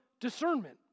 discernment